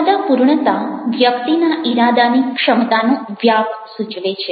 ઇરાદાપૂર્ણતા વ્યક્તિના ઈરાદાની ક્ષમતાનો વ્યાપ સૂચવે છે